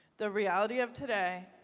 the reality of today,